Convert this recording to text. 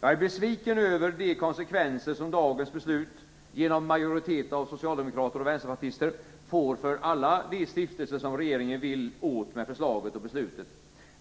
Jag är besviken över de konsekvenser som dagens beslut, genom en majoritet av socialdemokrater och vänsterpartister, får för alla de stiftelser som regeringen vill åt med förslaget och beslutet.